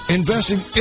investing